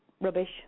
Rubbish